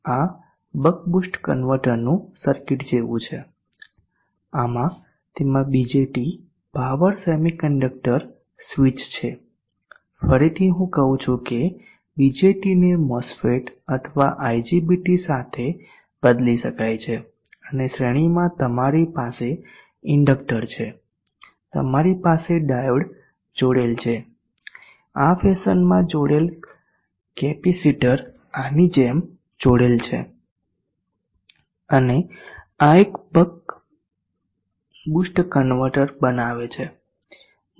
buck boost કન્વર્ટરનું circuit જેવું છે આમાં તેમાં BJT પાવર સેમિકન્ડક્ટર સ્વીચ છે ફરીથી હું કહું છું કે BJTને મોસ્ફેટ અથવા IGBT સાથે બદલી શકાય છે અને શ્રેણીમાં તમારી પાસે ઇન્ડક્ટર છે તમારી પાસે ડાયોડ જોડેલ છે આ ફેશનમાં જોડેલ કેપેસિટર આની જેમ જોડેલ છે અને આ એક બૂસ્ટ કન્વર્ટર બનાવે છે